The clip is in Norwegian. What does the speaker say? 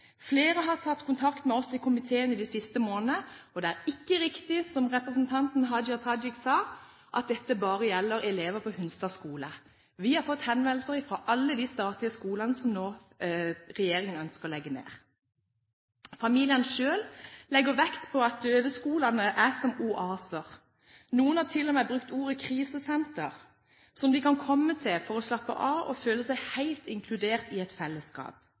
Flere har tatt kontakt med oss i komiteen de siste månedene. Det er ikke riktig som representanten Hadia Tajik sa, at dette bare gjelder elever på Hunstad skole. Vi har fått henvendelser fra alle de statlige skolene som regjeringen nå ønsker å legge ned. Familiene selv legger vekt på at døveskolene er som oaser – noen har til og med brukt ordet krisesenter – som de kan komme til for å slappe av og føle seg helt inkludert i et fellesskap.